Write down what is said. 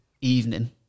evening